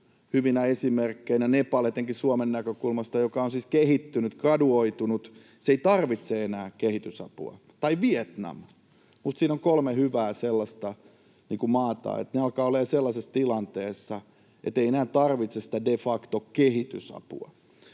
hyvinä esimerkkeinä — Suomen näkökulmasta etenkin Nepal, joka on siis kehittynyt, graduoitunut, eikä tarvitse enää kehitysapua — tai Vietnam. Siinä on kolme hyvää sellaista maata, että ne alkavat olemaan sellaisessa tilanteessa, etteivät ne enää tarvitse sitä de facto -kehitysapua.